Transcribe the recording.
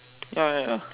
ya ya ya